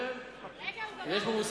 בימיו של